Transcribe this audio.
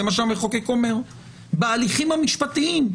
זה מה שהמחוקק אומר בהליכים המשפטיים.